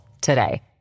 today